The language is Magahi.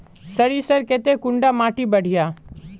सरीसर केते कुंडा माटी बढ़िया?